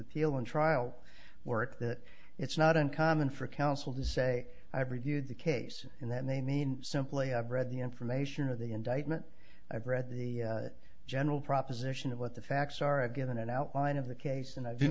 appeal and trial work that it's not uncommon for counsel to say i have reviewed the case and then they mean simply i've read the information or the indictment i've read the general proposition of what the facts are given an outline of the case and i d